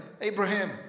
Abraham